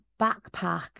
backpack